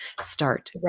start